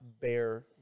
bear